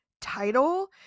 title